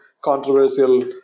controversial